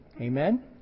Amen